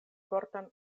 fortan